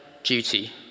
duty